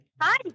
Hi